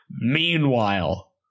Meanwhile